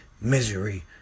misery